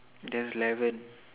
that's eleven